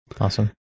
Awesome